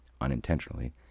unintentionally